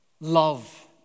Love